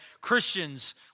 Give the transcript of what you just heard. Christians